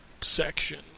section